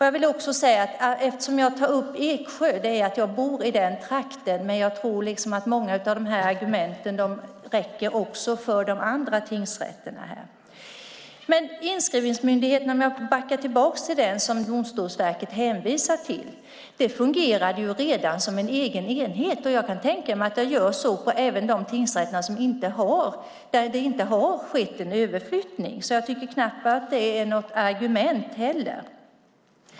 Jag tar upp tingsrätten i Eksjö därför att jag bor i den trakten, men jag tror att många av argumenten gäller även de tingsrätterna. Inskrivningsmyndigheten, som Domstolsverket hänvisar till, fungerar redan som en egen enhet, och jag kan tänka mig att det är så även i de tingsrätter där det inte har skett en överflyttning. Jag tycker knappast att det är något argument.